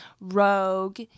rogue